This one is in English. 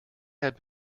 had